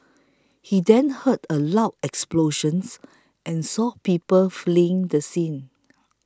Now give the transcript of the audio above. he then heard a loud explosions and saw people fleeing the scene